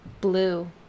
Blue